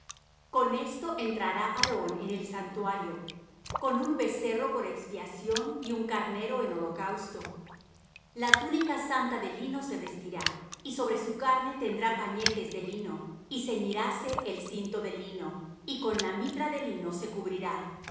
con esto entrará aarón en el santuario con un becerro por expiación y un carnero en holocausto la túnica santa de lino se vestirá y sobre su carne tendrá pañetes de lino y ceñiráse el cinto de lino y con la mitra de lino se cubrirá